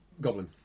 Goblin